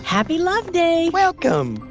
happy love day! welcome.